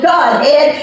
Godhead